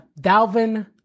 Dalvin